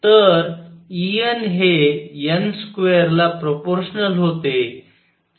तर E n हे n स्क्वेअरला प्रोपोर्शनल होते